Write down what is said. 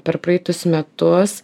per praeitus metus